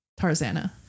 Tarzana